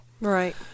Right